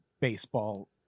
baseball